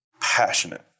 passionate